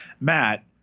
Matt